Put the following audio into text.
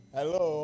Hello